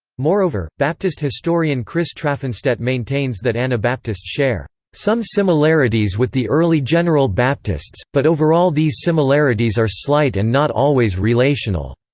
moreover, baptist historian chris traffanstedt maintains that anabaptists share some similarities with the early general baptists, but overall these similarities are slight and not always relational.